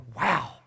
wow